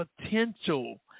potential